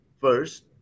first